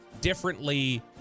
differently